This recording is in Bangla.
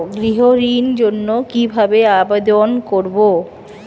গৃহ ঋণ জন্য কি ভাবে আবেদন করব?